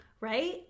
right